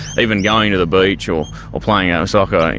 even going to the beach or or playing ah soccer,